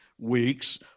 Weeks